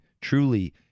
truly